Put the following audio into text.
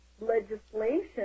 legislation